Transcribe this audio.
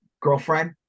girlfriend